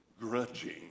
grudging